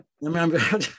Remember